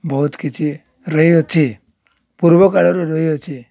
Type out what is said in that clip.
ବହୁତ କିଛି ରହିଅଛି ପୂର୍ବକାଳରୁ ରହିଅଛି